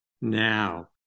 now